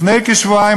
לפני כשבועיים,